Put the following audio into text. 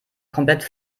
komplett